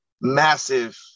massive